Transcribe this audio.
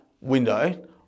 window